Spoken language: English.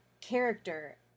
character